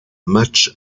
matchs